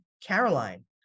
Caroline